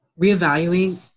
reevaluating